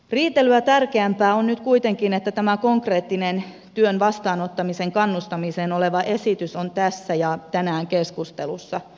riitelyä tärkeämpää on nyt kuitenkin se että tämä konkreettinen esitys koskien työn vastaanottamiseen kannustamista on tässä ja tänään keskustelussa